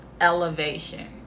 elevation